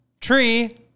Tree